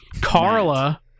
Carla